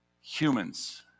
humans